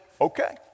okay